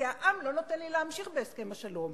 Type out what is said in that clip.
כי העם לא נותן לי להמשיך בהסכם השלום.